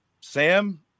Sam